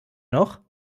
noch